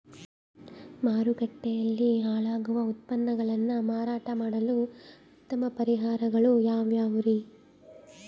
ಮಾರುಕಟ್ಟೆಯಲ್ಲಿ ಹಾಳಾಗುವ ಉತ್ಪನ್ನಗಳನ್ನ ಮಾರಾಟ ಮಾಡಲು ಉತ್ತಮ ಪರಿಹಾರಗಳು ಯಾವ್ಯಾವುರಿ?